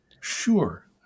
Sure